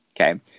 Okay